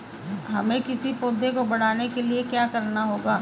हमें किसी पौधे को बढ़ाने के लिये क्या करना होगा?